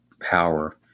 power